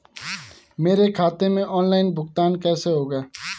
मेरे खाते में ऑनलाइन भुगतान कैसे होगा?